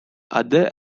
other